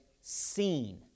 seen